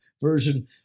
version